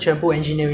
所以没有 lah